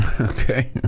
okay